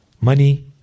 money